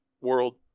world